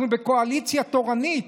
אנחנו בקואליציה תורנית,